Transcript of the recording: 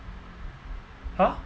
!huh!